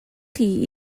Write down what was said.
chi